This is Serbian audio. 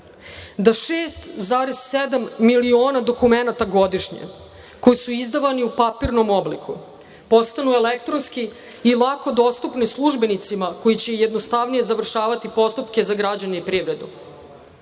da 6,7 miliona dokumenata godišnje, koji su izdavani u papirnom obliku, postanu elektronski i lako dostupni službenicima koji će jednostavnije završavati postupke za građane i privredu.